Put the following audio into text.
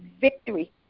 victory